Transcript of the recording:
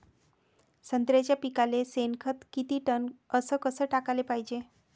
संत्र्याच्या पिकाले शेनखत किती टन अस कस टाकाले पायजे?